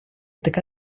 така